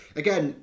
again